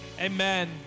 Amen